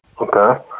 Okay